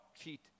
cheat